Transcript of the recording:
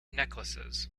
necklaces